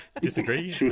Disagree